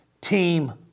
team